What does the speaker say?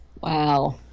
Wow